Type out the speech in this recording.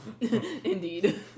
Indeed